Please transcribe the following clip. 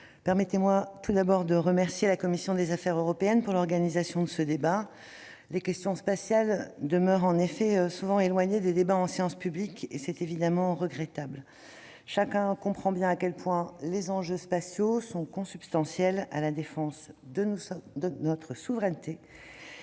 permettez-moi tout d'abord de remercier la commission des affaires européennes pour l'organisation de ce débat. Les questions spatiales demeurent trop souvent éloignées des débats en séance publique, et cela est évidemment regrettable. Chacun comprend bien à quel point les enjeux spatiaux sont consubstantiels à la défense de notre souveraineté